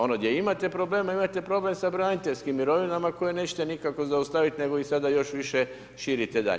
Ono gdje imate probleme, imate problem sa braniteljskim mirovinama, koje nećete nikako zaustaviti, nego ih sada još više širite dalje.